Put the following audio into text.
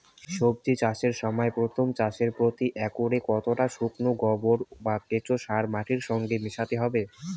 সবজি চাষের সময় প্রথম চাষে প্রতি একরে কতটা শুকনো গোবর বা কেঁচো সার মাটির সঙ্গে মেশাতে হবে?